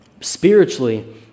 spiritually